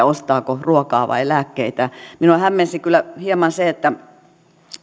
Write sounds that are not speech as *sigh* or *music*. *unintelligible* ostaako ruokaa vai lääkkeitä minua hämmensi kyllä hieman se että